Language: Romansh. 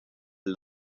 igl